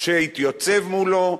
שהתייצב מולו.